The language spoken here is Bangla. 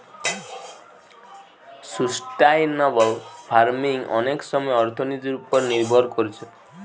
সুস্টাইনাবল ফার্মিং অনেক সময় অর্থনীতির উপর নির্ভর কোরছে